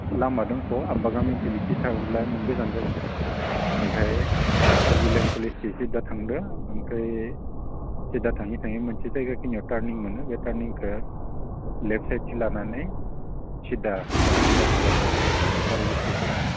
लामा दंथ'यो होनबा गामिथिं बिथिं थांब्ला नों गोजान जागोन बेनिखायनो अक्जिलेन कलेजथिं सिद्दा थांदो ओमफ्राय सिद्दा थाङै थाङै मोनसे जायगाखिनियाव टार्निं मोनो बे टार्निंखौ लेफ्ट साइडथिं लानानै सिद्दा साहाथिं दावखोबानो जाबाय होनबानो गार' बस्ति सहैगोन